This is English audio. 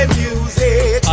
music